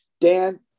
Dan